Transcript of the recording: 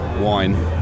wine